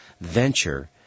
venture